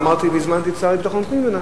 והזמנתי את השר לביטחון פנים.